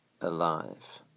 alive